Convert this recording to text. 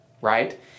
right